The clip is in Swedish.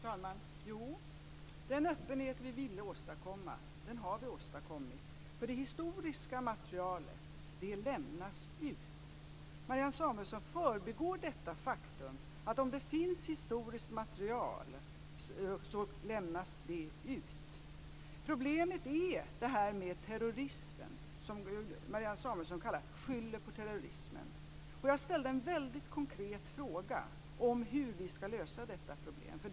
Fru talman! Jo, den öppenhet vi ville åstadkomma har vi åstadkommit, för det historiska materialet lämnas ut. Marianne Samuelsson förbigår detta faktum, att om det finns historiskt material lämnas det ut. Problemet är terrorismen, som Marianne Samuelsson nämner med ett "skyller på terrorismen". Jag ställde en mycket konkret fråga om hur vi ska lösa detta problem.